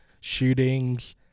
shootings